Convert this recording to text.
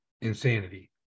insanity